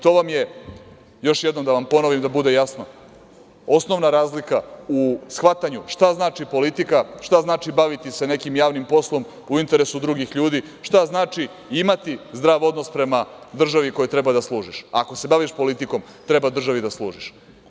To vam je, još jednom da vam ponovim da bude jasno, osnovna razlika u shvatanju šta znači politika, šta znači baviti se nekim javnim poslom u interesu drugih ljudi, šta znači imati zdrav odnos prema državi kojoj treba da služiš, ako se baviš politikom treba državi da služiš.